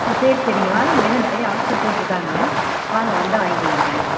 ஓ சரி சரிங்க வாங்க இங்கேலாம் நிறைய ஆஃபர் போட்டுருக்காங்க வாங்க வந்தால் வாங்கிக்கலாங்க